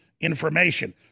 information